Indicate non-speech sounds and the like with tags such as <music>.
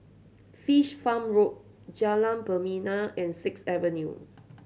Fish Farm Road Jalan <unintelligible> and Sixth Avenue